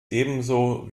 ebenso